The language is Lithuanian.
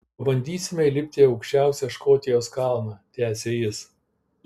pabandysime įlipti į aukščiausią škotijos kalną tęsė jis